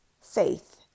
faith